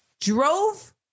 drove